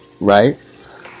right